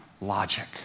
logic